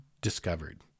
discovered